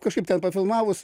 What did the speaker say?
kažkaip ten pafilmavus